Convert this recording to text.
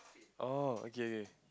oh okay okay